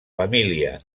família